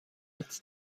its